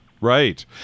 right